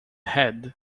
head